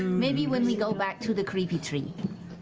maybe when we go back to the creepy tree,